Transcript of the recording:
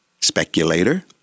speculator